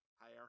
Higher